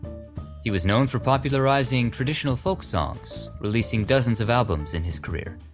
he was known for popularizing traditional folk songs, releasing dozens of albums in his career.